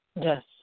Yes